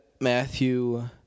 Matthew